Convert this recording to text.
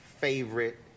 favorite